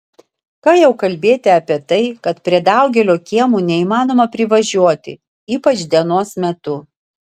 ką jau kalbėti apie tai kad prie daugelio kiemų neįmanoma privažiuoti ypač dienos metu